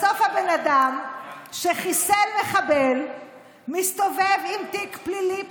בסוף הבן אדם שחיסל מחבל מסתובב עם תיק פלילי פתוח,